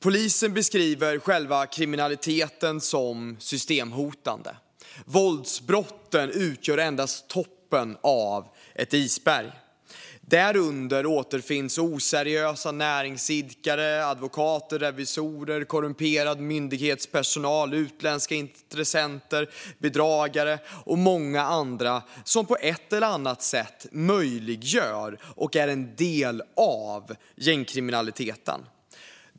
Polisen beskriver själva kriminaliteten som systemhotande. Våldsbrotten utgör endast toppen på ett isberg. Därunder återfinns oseriösa näringsidkare, advokater, revisorer, korrumperad myndighetspersonal, utländska intressenter, bedragare och många andra, som på ett eller annat sätt möjliggör och är en del av gängkriminaliteten.